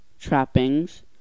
trappings